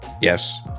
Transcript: yes